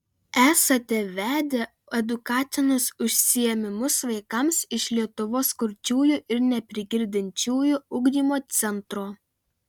esate vedę edukacinius užsiėmimus vaikams iš lietuvos kurčiųjų ir neprigirdinčiųjų ugdymo centro